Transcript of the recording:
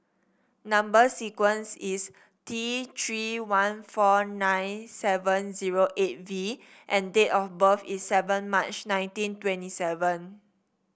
number sequence is T Three one four nine seven zero eight V and date of birth is seven March nineteen twenty seven